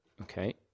Okay